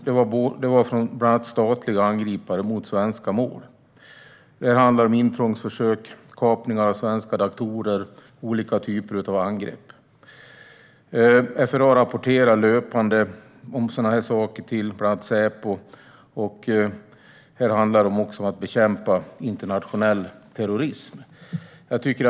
Det var bland annat från statliga angripare mot svenska mål. Det handlar om intrångsförsök, kapningar av svenska datorer och olika typer av angrepp. FRA rapporterar löpande om sådant här till bland annat Säpo. Det handlar också om att bekämpa internationell terrorism.